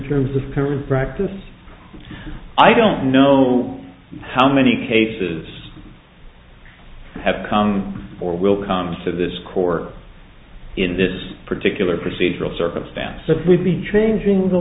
current practice i don't know how many cases have come or will come to this court in this particular procedural circumstance that would be changing the